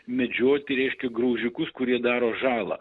medžioti reiškia graužikus kurie daro žalą